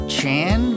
Chan